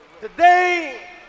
Today